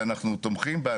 שאנחנו תומכים בה,